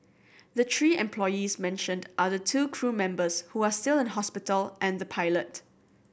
the three employees mentioned are the two crew members who are still in hospital and the pilot